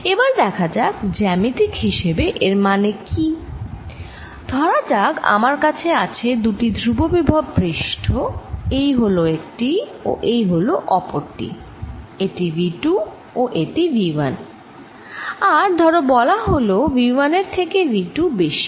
এবার দেখা যাক জ্যামিতিক হিসেবে এর মানে কি ধরা যাক আমার কাছে আছে দুটি ধ্রুববিভব পৃষ্ঠ এই হল একটি ও এই হল অপরটি এটি V 2 ও এটি V 1 আর ধরো বলা হল V 1 এর থেকে V 2 বেশি